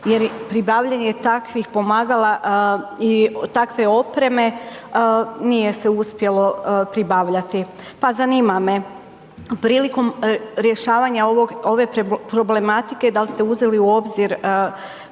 jer pribavljanje takvih pomagala i takve opreme nije se uspjelo pribavljati. Pa zanima me prilikom rješavanja ove problematike da li ste uzeli u obzir